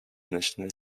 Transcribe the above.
national